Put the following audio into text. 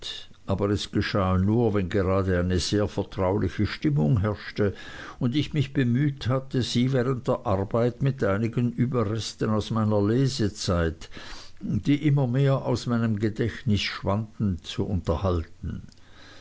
aber es geschah nur wenn gerade eine sehr vertrauliche stimmung herrschte und ich mich bemüht hatte sie während der arbeit mit einigen überresten aus meiner lesezeit die immer mehr aus meinem gedächtnis schwanden zu unterhalten